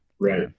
Right